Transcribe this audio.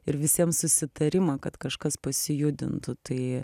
ir visiem susitarimą kad kažkas pasijudintų tai